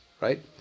right